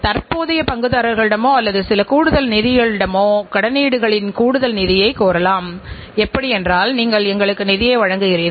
தரக் கட்டுப்பாட்டுக்கு நீங்கள் செல்லும்போது நீங்கள் ஒரு தரமான தயாரிப்புகளை உருவாக்கவும் பாதிப்புகளைக் குறைக்கும் தர விளக்கப்படங்களைத் தயாரிக்கிறீர்கள்